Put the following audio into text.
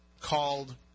called